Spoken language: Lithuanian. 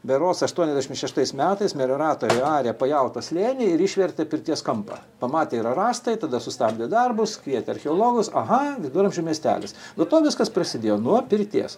berods aštuoniasdešim šeštais metais melioratoriai arė pajautos slėnį ir išvertė pirties kampą pamatė yra rąstai tada sustabdė darbus kvietė archeologus aha viduramžių miestelis nuo to viskas prasidėjo nuo pirties